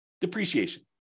depreciation